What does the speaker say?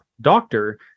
doctor